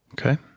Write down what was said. okay